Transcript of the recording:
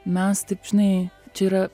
mes taip žinai čia yra